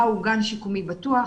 מה הוא גן שיקומי בטוח,